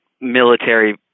military